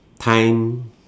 time